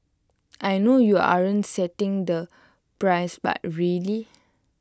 I know you aren't setting the price but really